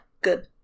Good